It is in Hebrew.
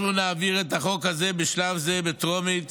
אנחנו נעביר את החוק הזה בשלב זה בטרומית,